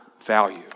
value